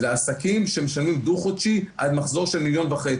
אלה העסקים שמשלמים דו-חודשי עד מחזור של 1.5 מיליון.